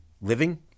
living